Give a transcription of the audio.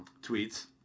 Tweets